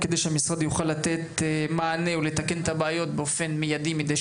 כדי שהמשרד יוכל לתת מענה ולתקן את הבעיות באופן מידי,